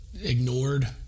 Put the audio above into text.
ignored